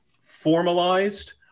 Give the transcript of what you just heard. formalized